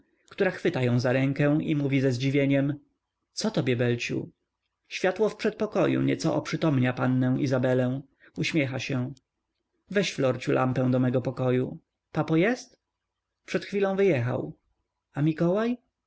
która chwyta ją za rękę i mówi ze zdziwieniem co tobie belciu światło w przedpokoju nieco oprzytomnia pannę izabelę uśmiecha się weź florciu lampę do mego pokoju papo jest przed chwilą wyjechał a mikołaj